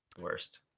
Worst